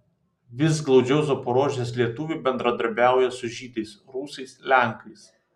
vis glaudžiau zaporožės lietuviai bendradarbiauja su žydais rusais lenkais